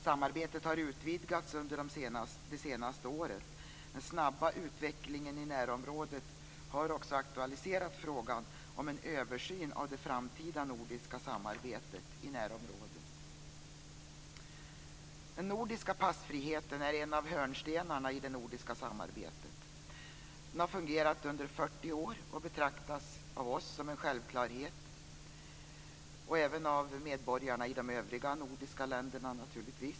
Samarbetet har utvidgats under det senaste året. Den snabba utvecklingen i närområdet har också aktualiserat frågan om en översyn av det framtida nordiska samarbetet i närområdet. Den nordiska passfriheten är en av hörnstenarna i det nordiska samarbetet. Den har fungerat under 40 år, och den betraktas av oss som en självklarhet och även av medborgarna i de övriga nordiska länderna.